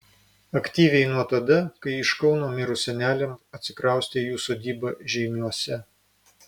aktyviai nuo tada kai iš kauno mirus seneliams atsikraustė į jų sodybą žeimiuose